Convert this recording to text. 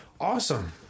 Awesome